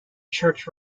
church